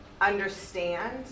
Understand